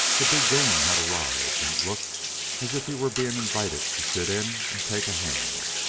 the big game had arrived, and it looked as if he were being invited to sit in and take a hand.